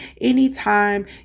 Anytime